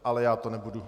Ale já to nebudu.